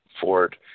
Ford